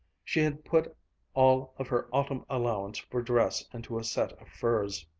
she had put all of her autumn allowance for dress into a set of furs,